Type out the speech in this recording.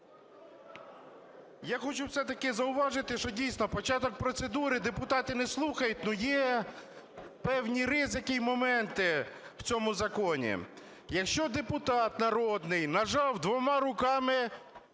Я хочу все-таки зауважити, що, дійсно, початок процедури, депутати не слухають, ну є певні ризики і моменти в цьому законі. Якщо депутат народний нажав двома руками